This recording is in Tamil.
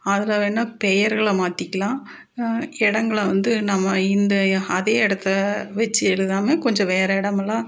அதில் வேணா பெயர்கள மாத்திக்கலாம் இடங்கள வந்து நம்ம இந்த அதே இடத்த வெச்சு எழுதாமல் கொஞ்சம் வேற இடம் எல்லாம்